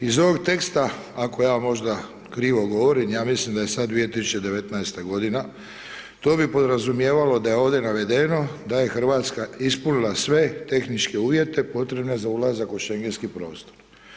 Iz ovog teksta, ako ja možda krivo govorim, ja mislim da je sad 2019.-ta godina, to bi podrazumijevalo da je ovdje navedeno da je RH ispunila sve tehničke uvjete potrebne za ulazak u Šengenski prostor.